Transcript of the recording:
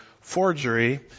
forgery